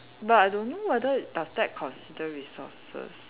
but I don't know whether does that considered resources